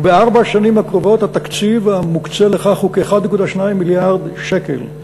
ובארבע השנים הקרובות התקציב המוקצה לכך הוא כ-1.2 מיליארד שקל,